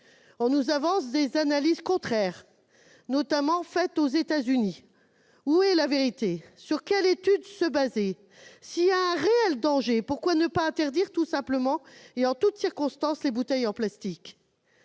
On invoque des analyses contraires, réalisées notamment aux États-Unis. Où est la vérité ? Sur quelle étude se fonder ? S'il y a un réel danger, pourquoi ne pas interdire tout simplement, et en toutes circonstances, les bouteilles en plastique ?